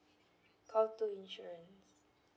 call two insurance